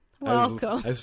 Welcome